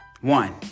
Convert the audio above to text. One